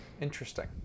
Interesting